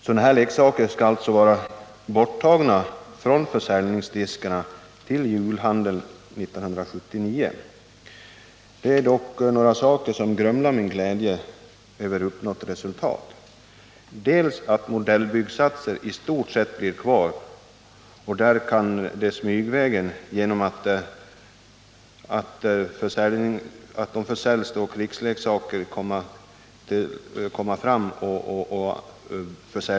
Sådana här leksaker skall alltså vara borttagna från försäljningsdiskarna till julhandeln 1979. Det är dock några saker som grumlar min glädje över det uppnådda resultatet, bl.a. att det genom att modellbyggsatser i stort sett blir kvar smygvägen kan komma att försäljas krigsleksaker.